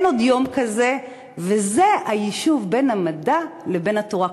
אין עוד יום כזה, וזה היישוב בין המדע לבין התורה.